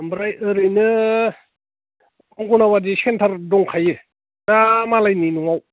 ओमफ्राय ओरैनो अंग'नाबादि सेन्टार दंखायो ना मालायनि न'आव